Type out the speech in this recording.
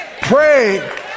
pray